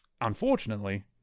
Unfortunately